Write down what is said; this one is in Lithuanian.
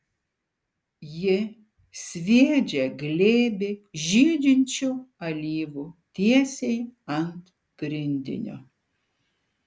ji sviedžia glėbį žydinčių alyvų tiesiai ant grindinio